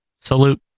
Salute